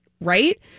Right